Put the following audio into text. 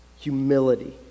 humility